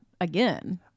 again